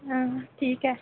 हां ठीक ऐ